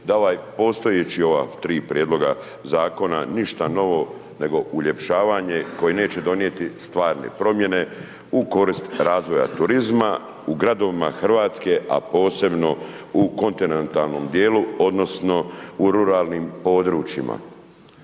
da ova postojeća tri prijedloga zakona ništa novo nego uljepšavanje koje neće donijeti stvarne promjene u korist razvoja turizma u gradovima Hrvatske a posebno u kontinentalnom djelu odnosno u ruralnim područjima.